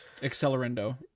Accelerando